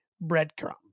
breadcrumbs